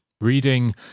Reading